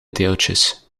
deeltjes